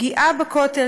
פגיעה בכותל,